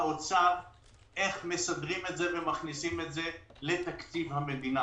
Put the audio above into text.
האוצר איך מכניסים את זה לתקציב מדינה.